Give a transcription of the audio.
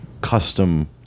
custom